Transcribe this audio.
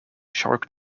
shark